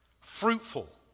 fruitful